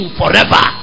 forever